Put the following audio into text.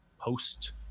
post